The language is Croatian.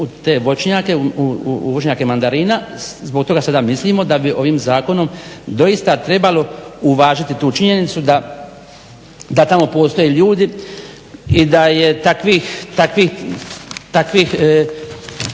u te voćnjake, u voćnjake mandarina. Zbog toga sada mislimo da bi ovim zakonom doista trebalo uvažiti tu činjenicu da tamo postoje ljudi i da je takvih